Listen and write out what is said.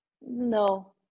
No